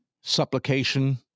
supplication